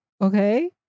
Okay